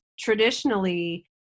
Traditionally